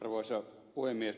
arvoisa puhemies